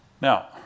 Now